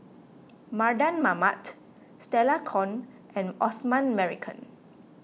Mardan Mamat Stella Kon and Osman Merican